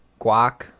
Guac